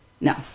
No